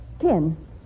Ken